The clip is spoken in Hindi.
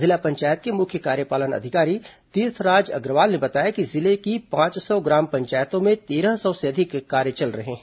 जिला पंचायत के मुख्य कार्यपालन अधिकारी तीर्थराज अग्रवाल ने बताया कि जिले की पांच सौ ग्राम पंचायतों में तेरह सौ से अधिक कार्य चल रहे हैं